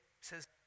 says